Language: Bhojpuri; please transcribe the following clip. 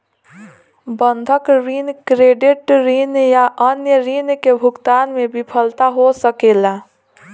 बंधक ऋण, क्रेडिट ऋण या अन्य ऋण के भुगतान में विफलता हो सकेला